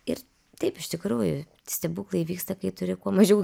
ir taip iš tikrųjų stebuklai vyksta kai turi kuo mažiau